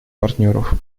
партнеров